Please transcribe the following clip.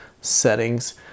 settings